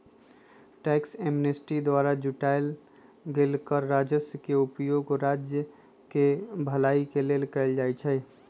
tax amnesty द्वारा जुटाएल गेल कर राजस्व के उपयोग राज्य केँ भलाई के लेल कएल जाइ छइ